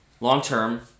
long-term